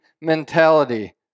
mentality